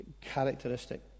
characteristic